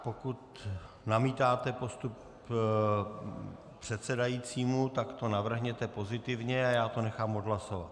Pokud namítáte postup předsedajícího, tak to navrhněte pozitivně a já to nechám odhlasovat.